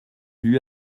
lui